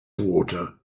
water